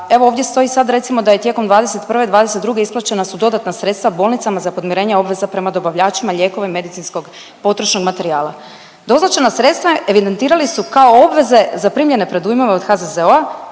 ovdje stoji sad recimo da je tijekom '21. i '22. isplaćena su dodatna sredstva bolnicama za podmirenje obveza prema dobavljačima lijekova i medicinskog potrošnog materijala. Doznačena sredstva evidentirali su kao obveze za primljene predujmove od HZZO-a